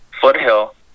foothill